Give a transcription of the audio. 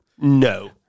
No